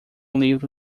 livro